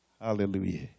Hallelujah